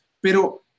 pero